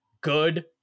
good